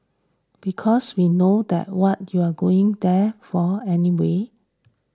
because we know that what you're going there for anyway